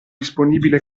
disponibile